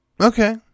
Okay